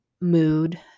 Mood